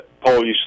Polish